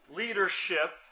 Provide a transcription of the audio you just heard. leadership